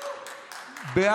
לאלמן),